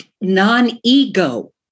Non-ego